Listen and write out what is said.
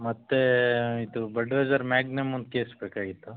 ಮತ್ತೆ ಇದು Budweiser magnum ಒಂದು ಕೇಸ್ ಬೇಕಾಗಿತ್ತು